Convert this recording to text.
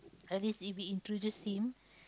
at least if we introduce him